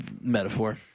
metaphor